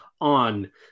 on